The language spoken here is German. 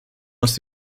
aus